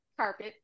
carpet